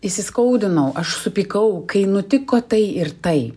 įsiskaudinau aš supykau kai nutiko tai ir tai